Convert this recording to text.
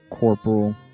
Corporal